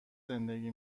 زندگی